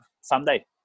someday